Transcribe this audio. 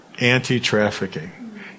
anti-trafficking